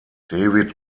david